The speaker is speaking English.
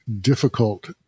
difficult